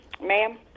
Ma'am